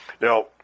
Now